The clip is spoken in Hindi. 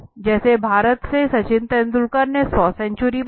जैसे भारत से सचिन तेंदुलकर ने 100 सेंचुरी बनाई